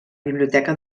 biblioteca